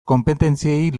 konpetentziei